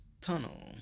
tunnel